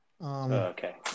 Okay